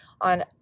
on